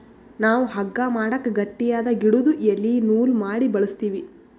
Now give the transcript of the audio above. ನಾವ್ ಹಗ್ಗಾ ಮಾಡಕ್ ಗಟ್ಟಿಯಾದ್ ಗಿಡುದು ಎಲಿ ನೂಲ್ ಮಾಡಿ ಬಳಸ್ತೀವಿ